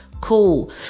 Cool